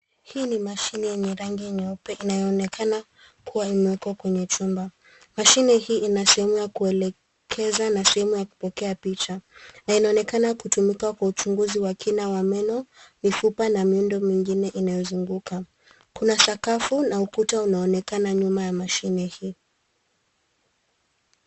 Hii ni mashine yenye rangi nyeupe inayoonekana kuwa imewekwa kwenye chumba. Mashine hii ina sehemu ya kuelekeza na sehemu ya kupokea picha, inaonekana kutumika kwa uchinguzi wa kina wa meno, mifupa na miundo mingine inayozunguka. Kuna sakafu na ukuta unaonekana nyuma ya mashine hii.